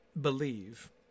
believe